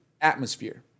atmosphere